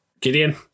Gideon